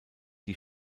die